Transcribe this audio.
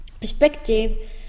perspective